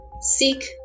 seek